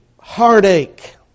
heartache